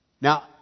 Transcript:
Now